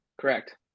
Correct